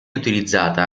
utilizzata